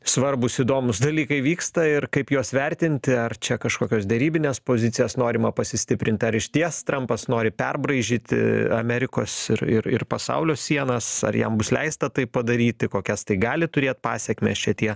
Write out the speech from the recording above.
svarbūs įdomūs dalykai vyksta ir kaip juos vertinti ar čia kažkokios derybinės pozicijas norima pasistiprint ar išties trampas nori perbraižyti amerikos ir ir ir pasaulio sienas ar jam bus leista tai padaryti kokias tai gali turėt pasekmes čia tie